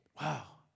wow